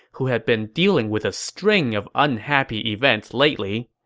who had been dealing with a string of unhappy events lately.